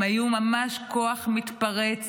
הם היו ממש כוח מתפרץ,